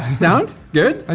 um sound good? and